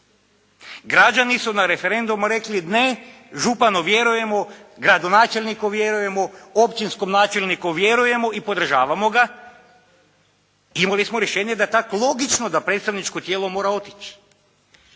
Građani su na referendumu rekli ne, županu vjerujemo, gradonačelniku vjerujemo, općinskom načelniku vjerujemo i podržavamo ga. Imali smo rješenje da je tako logično da predstavničko tijelo mora otići.